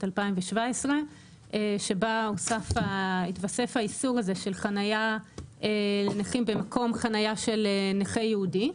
2017 שבה התווסף האיסור של חניה לנכים במקום חניה של נכה ייעודי.